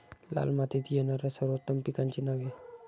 लाल मातीत येणाऱ्या सर्वोत्तम पिकांची नावे?